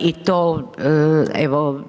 i to evo,